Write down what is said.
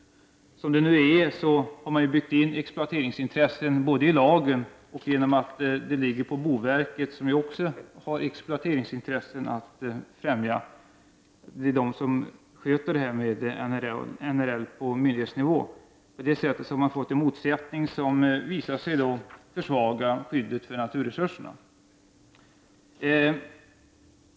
Som det nu är har man byggt in exploateringsintressen både i lagen i sig och genom att ansvaret ligger på boverket, som också har exploateringsintressen att främja — det är ju boverket som sköter NRL på myndighetsnivå. På detta sätt har det uppstått en motsättning som visar sig försvaga skyddet för naturresurserna.